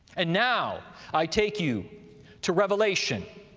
and now i take you to revelation,